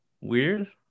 weird